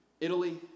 Italy